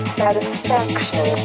satisfaction